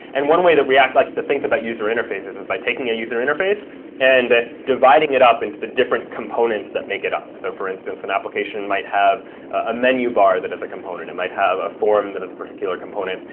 and one way that react likes to think about user interfaces is by taking a user interface and dividing it up into the different components that make it up. so for instance, an application might have a menu bar that has a component. it might have a form that has a particular component.